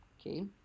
okay